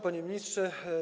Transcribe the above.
Panie Ministrze!